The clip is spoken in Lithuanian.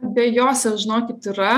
abejose žinokit yra